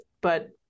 but-